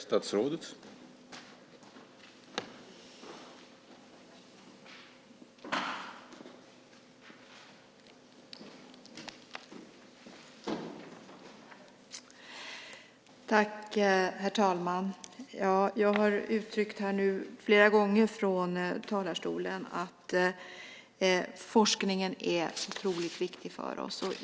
Herr talman! Jag har flera gånger från talarstolen uttryckt att forskningen är otroligt viktig för oss.